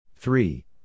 Three